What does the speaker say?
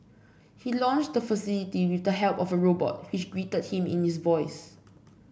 he launched the facility with the help of a robot which greeted him in his voice